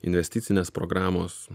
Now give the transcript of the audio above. investicinės programos